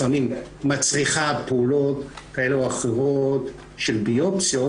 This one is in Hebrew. שהיא בדיקה ארוכה שלפעמים מצריכה פעולות כאלה או אחרות של ביופסיות,